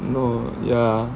no ya